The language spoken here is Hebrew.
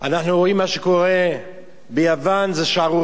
אנחנו רואים מה שקורה ביוון, זה שערורייה,